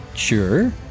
Sure